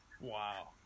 Wow